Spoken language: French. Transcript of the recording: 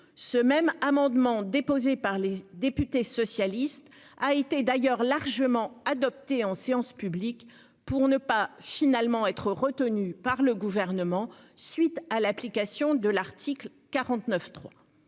ce même amendement déposé par les députés socialistes a été d'ailleurs largement adopté en séance publique pour ne pas finalement être retenue par le gouvernement suite à l'application de l'article 49.3.